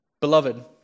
beloved